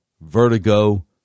vertigo